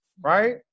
right